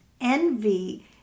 envy